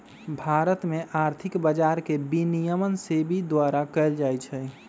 भारत में आर्थिक बजार के विनियमन सेबी द्वारा कएल जाइ छइ